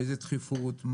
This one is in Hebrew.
באיזה תכיפות,